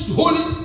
holy